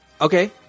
Okay